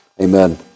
amen